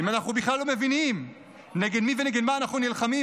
אם אנחנו בכלל לא מבינים נגד מי ונגד מה אנחנו נלחמים,